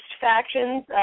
factions